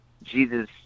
jesus